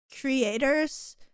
creators